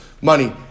Money